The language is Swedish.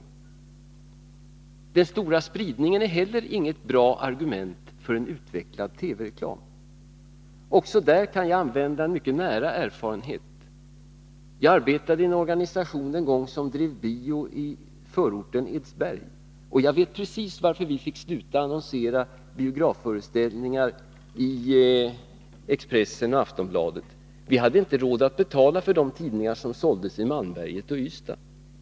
Men den stora spridningen är heller inget bra argument när det gäller en utvecklad TV-reklam. Också i det sammanhanget kan jag dra nytta av en erfarenhet som jag fått genom nära kontakt med verksamheten. Jag arbetade nämligen en gång inom en organisation som drev bio i förorten Edsberg. Jag vet precis varför vi fick sluta annonsera biografföreställningar i Expressen och Aftonbladet: Vi hade inte råd att betala för de tidningar som såldes i Malmberget och Ystad.